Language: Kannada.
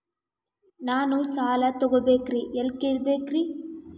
ನಾನು ಸಾಲ ತೊಗೋಬೇಕ್ರಿ ಎಲ್ಲ ಕೇಳಬೇಕ್ರಿ?